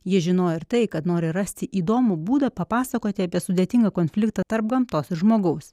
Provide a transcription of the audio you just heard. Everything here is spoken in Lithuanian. ji žinojo ir tai kad nori rasti įdomų būdą papasakoti apie sudėtingą konfliktą tarp gamtos ir žmogaus